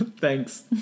thanks